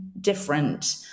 different